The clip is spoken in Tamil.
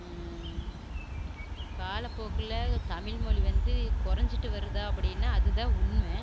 கால போக்கில் தமிழ்மொழி வந்து கொறைஞ்சிட்டு வருதா அப்படின்னா அது தான் உண்மை